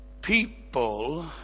people